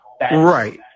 Right